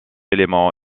élément